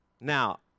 Now